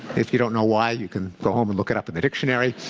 if you don't know why, you can go home and look it up in the dictionary.